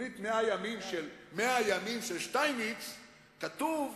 של שטייניץ כתוב,